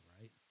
right